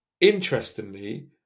Interestingly